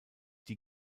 die